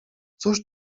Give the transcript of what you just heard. cóż